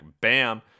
bam